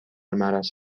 معرض